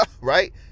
Right